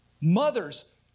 Mothers